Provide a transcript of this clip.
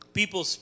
people